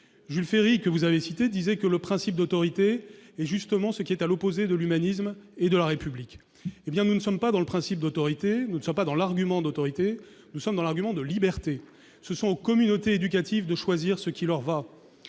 Jules Ferry, que vous avez cité, disait que le principe d'autorité est ce qui est à l'opposé de l'humanisme et de la République. Justement, nous ne sommes pas dans le principe d'autorité, ni dans l'argument d'autorité ; nous sommes dans l'argument de liberté. Il appartient aux communautés éducatives de choisir ce qui leur va.